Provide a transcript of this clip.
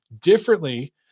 differently